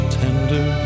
tender